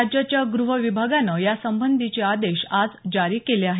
राज्याच्या ग्रह विभागानं या संबधींचे आदेश आज जारी केले आहेत